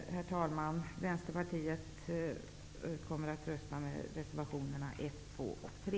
Herr talman! Vänterpartiet kommer att rösta för reservationerna 1--3.